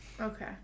Okay